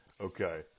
Okay